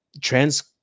trans